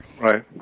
right